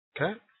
Okay